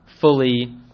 fully